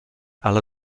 alla